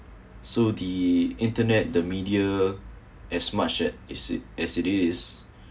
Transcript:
so the internet the media as much a~ is it as it is